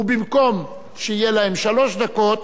ובמקום שיהיו להם שלוש דקות,